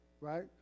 right